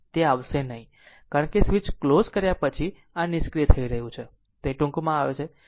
તે આવશે નહીં કારણ કે સ્વિચ ક્લોઝ કર્યા પછી આ નિષ્ક્રિય થઈ રહ્યું છે તે ટૂંકમાં આવે છે